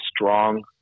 strong